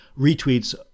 retweets